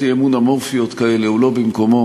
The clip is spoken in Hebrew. אי-אמון אמורפיות כאלה הוא לא במקומו.